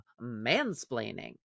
mansplaining